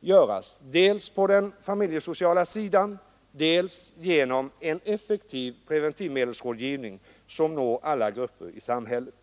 göras dels på den familjesociala sidan, dels genom en effektiv preventivmedelsrådgivning, som når alla grupper i samhället.